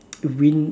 wind um